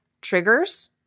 triggers